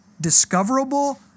discoverable